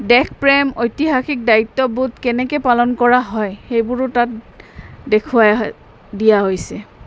দেশ প্ৰ্ৰেম ঐতিহাসিক দায়িত্ববোধ কেনেকৈ পালন কৰা হয় সেইবোৰো তাত দেখুৱাই দিয়া হৈছে